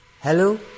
Hello